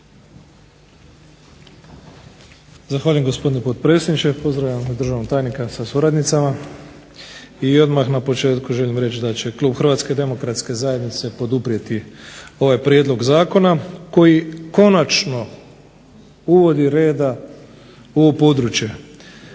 Zahvaljujem gospodine potpredsjedniče, pozdravljam državnog tajnika sa suradnicama, i odmah na početku želim reći da će Klub Hrvatske demokratske zajednice poduprijeti ovaj Prijedlog zakona koji konačno uvodi reda u ovo područje.